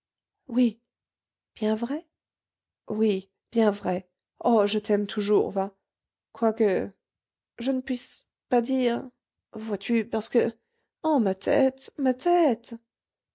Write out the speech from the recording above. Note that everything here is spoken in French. oui bien vrai oui bien vrai oh je t'aime toujours va quoique je ne puisse pas dire vois-tu parce que oh ma tête ma tête